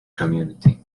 community